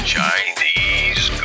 Chinese